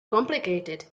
complicated